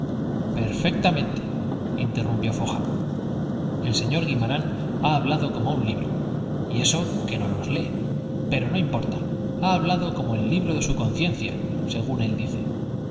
alguna formalidad perfectamente interrumpió foja el señor guimarán ha hablado como un libro y eso que no los lee pero no importa ha hablado como el libro de su conciencia según él dice